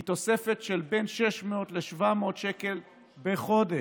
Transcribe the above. היא תוספת של בין 600 ל-700 שקל בחודש,